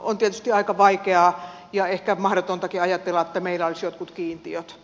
on tietysti aika vaikeaa ja ehkä mahdotontakin ajatella että meillä olisi jotkut kiintiöt